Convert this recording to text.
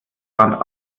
warnt